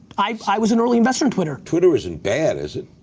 i i was an early investor in twitter. twitter isn't bad, is it?